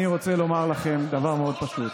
אני רוצה לומר לכם דבר מאוד פשוט.